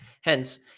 Hence